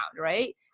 right